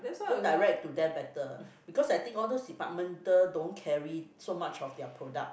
go direct to them better because I think all those departmental don't carry so much of their product